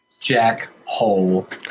Jackhole